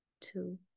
two